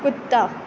کتّا